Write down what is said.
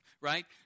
right